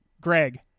Greg